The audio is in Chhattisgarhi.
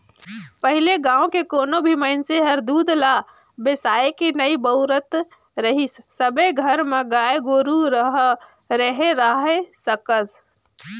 पहिले गाँव के कोनो भी मइनसे हर दूद ल बेसायके नइ बउरत रहीस सबे घर म गाय गोरु ह रेहे राहय लगत